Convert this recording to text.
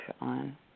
on